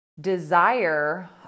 desire